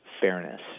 fairness